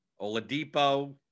Oladipo